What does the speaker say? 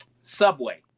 subway